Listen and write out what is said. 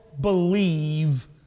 believe